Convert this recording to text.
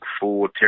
four